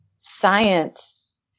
science